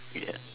yeah